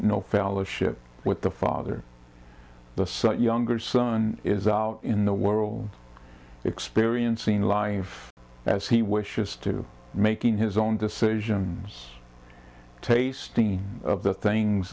no fellowship with the father the son younger son is out in the world experiencing live as he wishes to making his own decisions tasting of the things